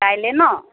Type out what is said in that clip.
কাইলৈ ন'